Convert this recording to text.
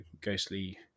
ghostly